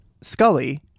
Scully